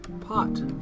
pot